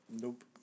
nope